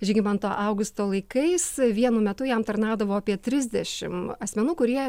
žygimanto augusto laikais vienu metu jam tarnaudavo apie trisdešim asmenų kurie